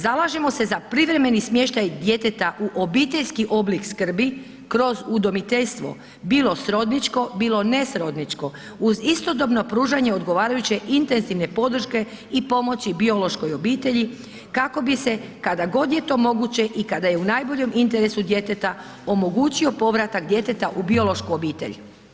Zalažemo se za privremeni smještaj djeteta u obiteljski oblik skrbi kroz udomiteljstvo, bilo srodničko bilo ne srodničko uz istodobno pružanje odgovarajuće intenzivne podrške i pomoći biološkoj obitelji, kako bi se, kada je god to moguće i kada je u najboljem interesu djeteta, omogućio povratak djeteta u biološku obitelj.